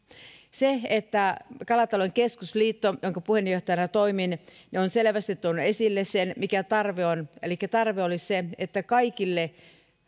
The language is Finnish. kalatalouden keskusliitto jonka puheenjohtajana toimin on selvästi tuonut esille sen mikä tarve on elikkä tarve olisi se että